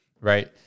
Right